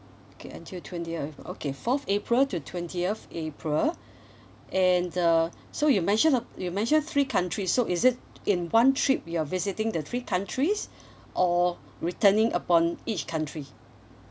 okay until twentieth okay fourth april to twentieth april and uh so you mentioned uh you mentioned three country so is it in one trip you are visiting the three countries or returning upon each country